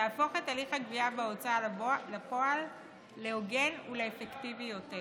תהפוך את הליך הגבייה בהוצאה לפועל להוגן ולאפקטיבי יותר.